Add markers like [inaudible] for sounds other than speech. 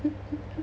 [laughs]